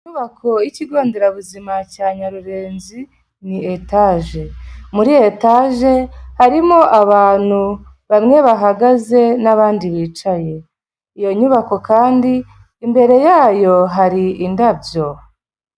Inyubako y'ikigo nderabuzima cya Nyarurenzi ni etaje. Muri etage harimo abantu bamwe bahagaze n'abandi bicaye, iyo nyubako kandi imbere yayo hari indabyo.